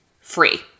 free